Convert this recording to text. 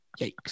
yikes